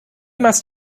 must